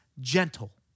gentle